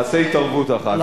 מצטער.